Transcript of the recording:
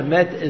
Met